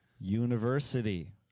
university